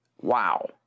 Wow